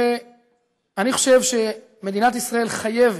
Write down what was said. ואני חושב שמדינת ישראל חייבת,